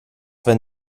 wenn